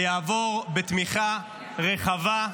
ויעבור בתמיכה רחבה.